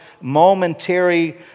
momentary